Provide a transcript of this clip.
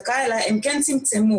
אחריותכם'.